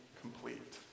complete